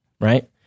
right